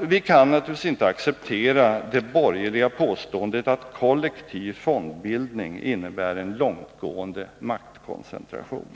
Vi kan naturligtvis inte acceptera det borgerliga påståendet att kollektiv fondbildning innebär en långtgående maktkoncentration.